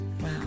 Wow